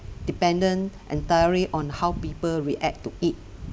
dependent entirely on how people react to it